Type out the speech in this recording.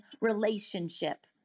relationship